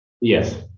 Yes